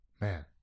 man